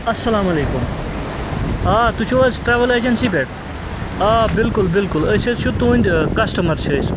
اَسلامُ علیکُم آ تُہۍ چھُو حظ ٹریوٕل اجَنسی پٮٹھ آ بِلکُل بِلکُل أسۍ حظ چھِ تُہٕنٛدۍ کَسٹمَر چھِ أسۍ